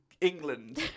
England